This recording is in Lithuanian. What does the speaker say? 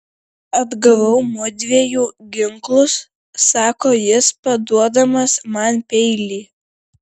atgavau mudviejų ginklus sako jis paduodamas man peilį